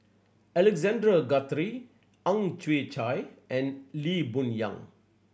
Aalexander Guthrie Ang Chwee Chai and Lee Boon Yang